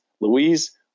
Louise